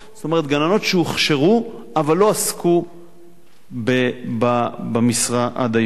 זאת אומרת גננות שהוכשרו אבל לא עסקו במשרה עד היום.